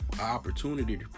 opportunity